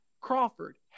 Crawford